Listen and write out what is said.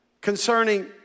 concerning